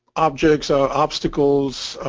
objects ah obstacles